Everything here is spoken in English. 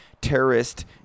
terrorist